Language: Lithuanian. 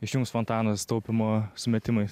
išjungs fontanus taupymo sumetimais